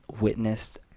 witnessed